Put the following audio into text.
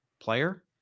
player